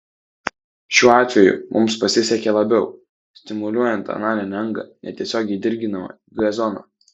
šiuo atveju mums pasisekė labiau stimuliuojant analinę angą netiesiogiai dirginama g zona